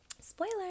spoiler